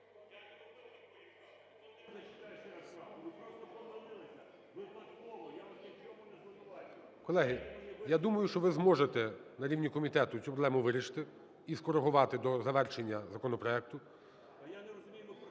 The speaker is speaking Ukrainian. Колеги, я думаю, що ви зможете на рівні комітету цю проблему вирішити і скорегувати до завершення законопроекту.